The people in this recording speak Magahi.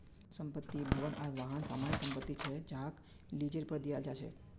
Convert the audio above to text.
संपत्ति, भवन आर वाहन सामान्य संपत्ति छे जहाक लीजेर पर दियाल जा छे